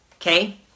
Okay